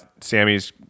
sammy's